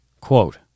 quote